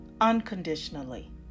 unconditionally